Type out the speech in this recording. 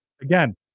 Again